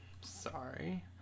Sorry